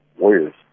warriors